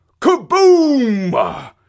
KABOOM